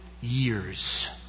years